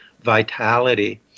vitality